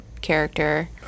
character